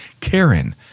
Karen